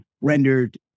rendered